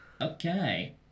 Okay